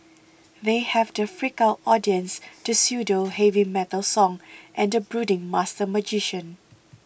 they have the freaked out audience the pseudo heavy metal song and the brooding master magician